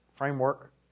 Framework